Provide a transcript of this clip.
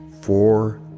four